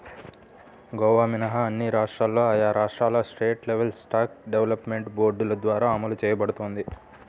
గోవా మినహా అన్ని రాష్ట్రాల్లో ఆయా రాష్ట్రాల స్టేట్ లైవ్స్టాక్ డెవలప్మెంట్ బోర్డుల ద్వారా అమలు చేయబడుతోంది